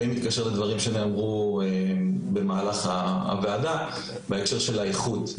זה די מתקשר לדברים שנאמרו במהלך הוועדה בהקשר האיכות,